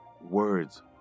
words